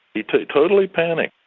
he totally totally panicked.